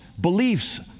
beliefs